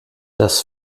das